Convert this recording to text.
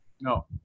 No